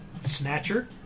Snatcher